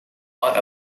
are